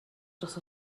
dros